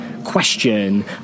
question